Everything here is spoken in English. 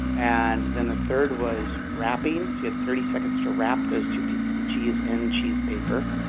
and then the third was wrapping. you had thirty seconds to wrap those two pieces of cheese in cheese paper.